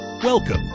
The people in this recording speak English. Welcome